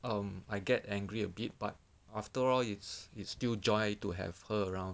um I get angry a bit but after all it's it's still joy to have her around